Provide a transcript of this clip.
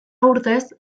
urtez